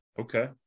okay